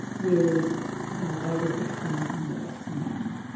with over six thousand works in the end.